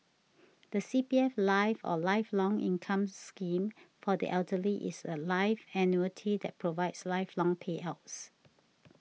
the C P F life or Lifelong Income Scheme for the Elderly is a life annuity that provides lifelong payouts